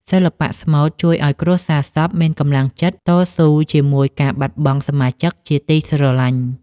សិល្បៈស្មូតជួយឱ្យគ្រួសារសពមានកម្លាំងចិត្តតស៊ូជាមួយការបាត់បង់សមាជិកជាទីស្រឡាញ់។